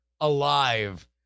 alive